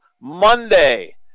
Monday